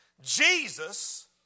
Jesus